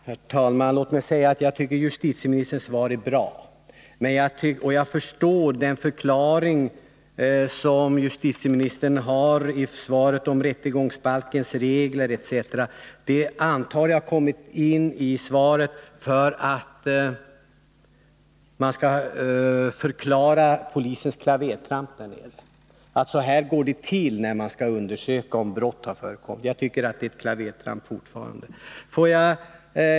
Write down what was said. Herr talman! Låt mig säga att jag tycker att justitieministerns svar är bra, och jag förstår den förklaring som justitieministern ger i svaret om rättegångsbalkens regler etc. Jag antar att den har kommit in i svaret för att justitieministern vill förklara polisens klavertramp. Jag tycker att polisen gjort sig skyldig till ett klavertramp.